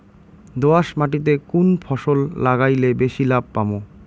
দোয়াস মাটিতে কুন ফসল লাগাইলে বেশি লাভ পামু?